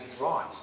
right